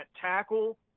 tackle